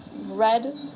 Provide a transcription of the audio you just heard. Red